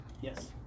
yes